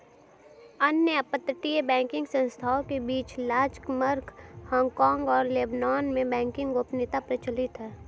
अन्य अपतटीय बैंकिंग संस्थानों के बीच लक्ज़मबर्ग, हांगकांग और लेबनान में बैंकिंग गोपनीयता प्रचलित है